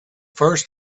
first